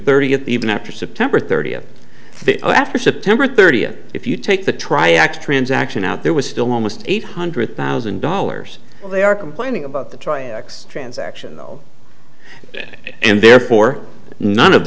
thirtieth even after september thirtieth after september thirtieth if you take the triax transaction out there was still almost eight hundred thousand dollars they are complaining about the triax transaction and therefore none